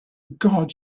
gods